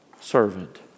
servant